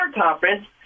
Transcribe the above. conference